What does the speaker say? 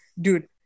dude